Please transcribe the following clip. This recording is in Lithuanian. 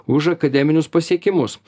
už akademinius pasiekimus